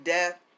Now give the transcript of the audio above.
Death